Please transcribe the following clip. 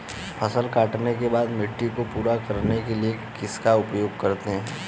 फसल काटने के बाद मिट्टी को पूरा करने के लिए किसका उपयोग करते हैं?